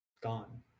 gone